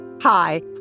Hi